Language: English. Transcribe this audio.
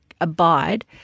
abide